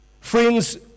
Friends